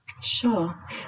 Sure